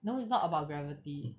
no it's not about gravity